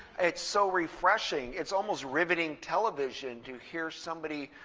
it's so refreshing. it's almost riveting television to hear somebody